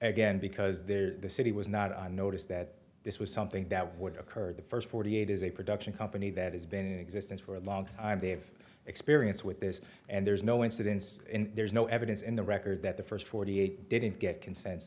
again because there the city was not on notice that this was something that would occur the first forty eight is a production company that has been in existence for a long time they have experience with this and there's no incidence and there's no evidence in the record that the first forty eight didn't get consens